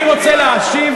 אני רוצה להשיב